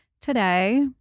today